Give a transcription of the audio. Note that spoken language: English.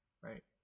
right